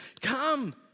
Come